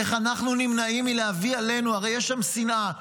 איך אנחנו נמנעים מלהביא עלינו, הרי יש שם שנאה.